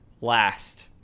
last